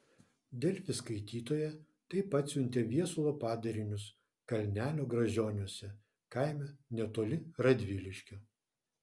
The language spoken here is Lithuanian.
delfi skaitytoja taip atsiuntė viesulo padarinius kalnelio gražioniuose kaime netoli radviliškio